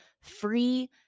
free